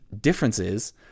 differences